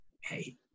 hey